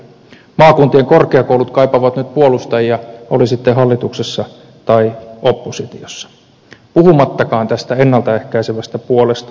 maakuntien korkeakoulut kaipaavat nyt puolustajia oli sitten hallituksessa tai oppositiossa puhumattakaan tästä ennalta ehkäisevästä puolesta